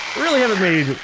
really haven't made.